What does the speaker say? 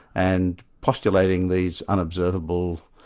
and postulating these unobservable,